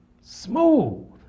Smooth